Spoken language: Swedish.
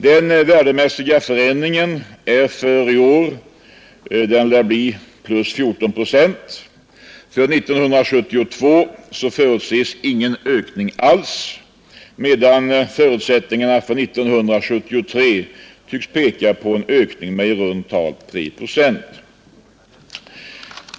Den värdemässiga förändringen lär för i år bli plus 14 procent. För 1972 förutses ingen ökning alls, medan förutsättningarna för 1973 tycks peka på en ökning med i runt tal 3 procent.